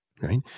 right